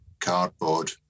cardboard